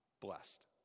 blessed